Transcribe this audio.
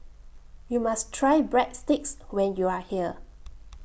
YOU must Try Breadsticks when YOU Are here